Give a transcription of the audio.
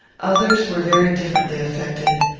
others were very differently affected.